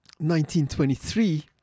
1923